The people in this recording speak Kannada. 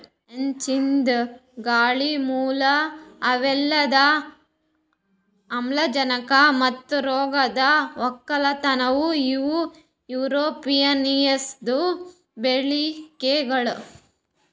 ಹೆಚ್ಚಿಂದ್ ಗಾಳಿ, ಮೂಲ ವಲಯದ ಆಮ್ಲಜನಕ ಮತ್ತ ರೋಗದ್ ಒಕ್ಕಲತನ ಇವು ಏರೋಪೋನಿಕ್ಸದು ಬಳಿಕೆಗೊಳ್